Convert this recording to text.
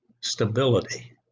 stability